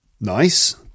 Nice